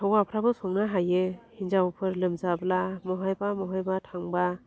हौवाफ्राबो संनो हायो हिन्जावफोर लोमजाब्ला महायबा महायबा थांबा